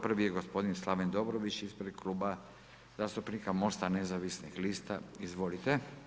Prvi je gospodin Slaven Dobrović ispred Kluba zastupnika MOST-a nezavisnih lista, izvolite.